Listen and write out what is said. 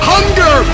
Hunger